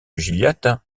gilliatt